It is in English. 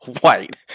white